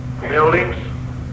buildings